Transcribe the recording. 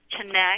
connect